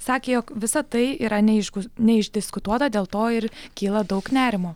sakė jog visa tai yra neaišku neišdiskutuota dėl to ir kyla daug nerimo